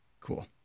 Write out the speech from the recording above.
cool